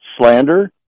slander